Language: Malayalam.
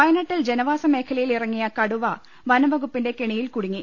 വയനാട്ടിൽ ജനവാസ് മേഖലയിലിറങ്ങിയ കടുവ വനം വകുപ്പിന്റെ കെണിയിൽ കുടുങ്ങി